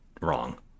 wrong